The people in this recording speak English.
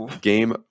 game